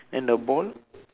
then the ball